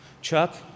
Chuck